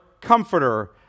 comforter